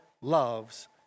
loves